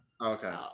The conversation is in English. okay